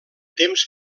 temps